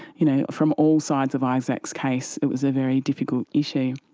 you know from all sides of isaac's case it was a very difficult issue.